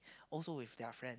also with their friends